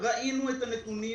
ראינו את הנתונים